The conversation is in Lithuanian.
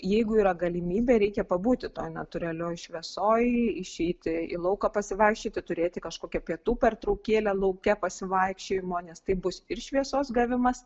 jeigu yra galimybė reikia pabūti toj natūralioj šviesoj išeiti į lauką pasivaikščioti turėti kažkokią pietų pertraukėlę lauke pasivaikščiojimo nes taip bus ir šviesos gavimas